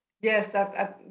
Yes